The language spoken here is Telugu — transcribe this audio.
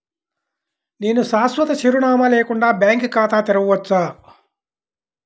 నేను శాశ్వత చిరునామా లేకుండా బ్యాంక్ ఖాతా తెరవచ్చా?